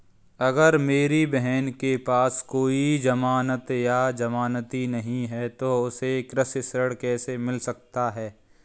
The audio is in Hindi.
अगर मेरी बहन के पास कोई जमानत या जमानती नहीं है तो उसे कृषि ऋण कैसे मिल सकता है?